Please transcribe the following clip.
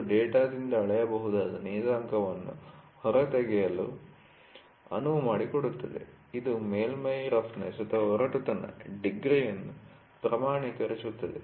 ಇದು ಡೇಟಾದಿಂದ ಅಳೆಯಬಹುದಾದ ನಿಯತಾಂಕವನ್ನು ಹೊರತೆಗೆಯಲು ಅನುವು ಮಾಡಿಕೊಡುತ್ತದೆ ಇದು ಮೇಲ್ಮೈ ರಫ್ನೆಸ್'ನಒರಟುತನ ಡಿಗ್ರಿಯನ್ನು ಪ್ರಮಾಣೀಕರಿಸುತ್ತದೆ